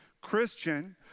Christian